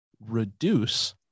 reduce